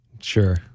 sure